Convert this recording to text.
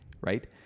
right